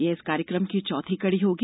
यह इस कार्यक्रम की चौथी कड़ी होगी